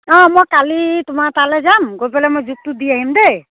অঁ মই কালি তোমাৰ তালৈ যাম গৈ পেলাই মই জোখতো দি আহিম দেই